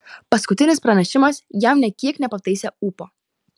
paskutinis pranešimas jam nė kiek nepataisė ūpo